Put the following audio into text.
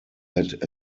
had